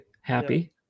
happy